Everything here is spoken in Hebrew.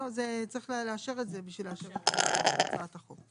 לא, צריך לאשר את זה כדי לאשר את הצעת החוק.